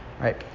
right